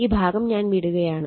ഞാൻ ഈ ഭാഗം വിടുകയാണ്